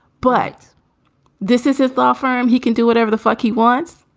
but this is his law firm. he can do whatever the fuck he wants.